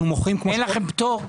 אין לכם פטור?